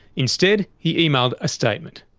instead he emailed a statement.